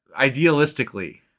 Idealistically